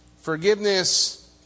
forgiveness